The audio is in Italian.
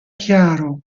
chiaro